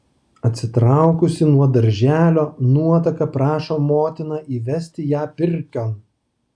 atsitraukusi nuo darželio nuotaka prašo motiną įvesti ją pirkion